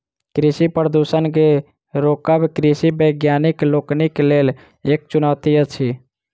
कृषि प्रदूषण के रोकब कृषि वैज्ञानिक लोकनिक लेल एक चुनौती अछि